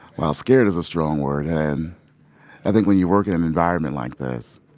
well, scared is a strong word, and i think, when you work in an environment like this,